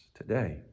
today